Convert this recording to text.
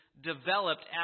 developed